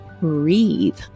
Breathe